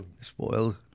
spoiled